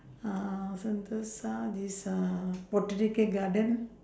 uh sentosa this uh botanical garden